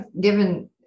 given